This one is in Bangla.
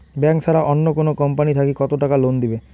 ব্যাংক ছাড়া অন্য কোনো কোম্পানি থাকি কত টাকা লোন দিবে?